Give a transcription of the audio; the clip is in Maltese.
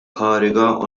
kariga